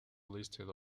listed